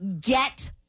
Get